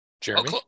Jeremy